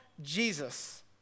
Jesus